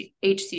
HC